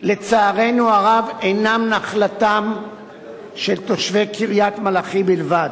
לצערנו הרב אינם נחלתם של תושבי קריית-מלאכי בלבד,